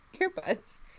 earbuds